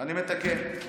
אני מתקן.